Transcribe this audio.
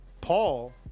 Paul